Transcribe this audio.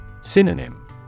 Synonym